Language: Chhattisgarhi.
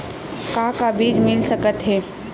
का का बीज मिल सकत हे?